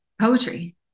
poetry